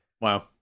Wow